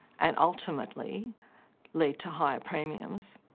and ultimately lead to higher premiums.